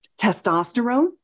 testosterone